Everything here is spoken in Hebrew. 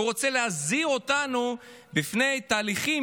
כשהוא רוצה להזהיר אותנו מפני תהליכים